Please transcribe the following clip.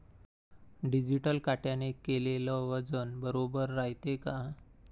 Digital काट्याने केलेल वजन बरोबर रायते का?